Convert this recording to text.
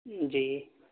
جی